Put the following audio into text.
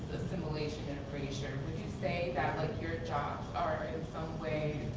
assimilation and erasure. would you say that like your jobs are in some way